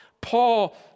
Paul